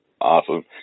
Awesome